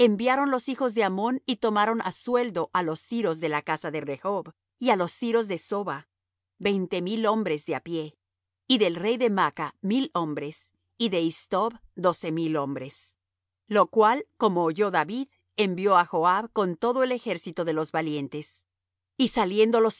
enviaron los hijos de ammón y tomaron á sueldo á los siros de la casa de rehob y á los siros de soba veinte mil hombres de á pie y del rey de maaca mil hombres y de is tob doce mil hombres lo cual como oyó david envió á joab con todo el ejército de los valientes y saliendo